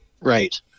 right